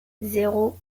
zéro